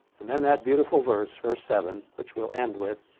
and then that beautiful verse, verse seven, which we'll end with,